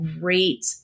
great